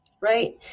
Right